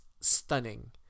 stunning